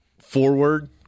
forward